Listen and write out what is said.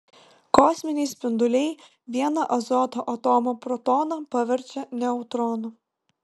kosminiai spinduliai vieną azoto atomo protoną paverčia neutronu